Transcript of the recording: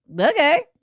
okay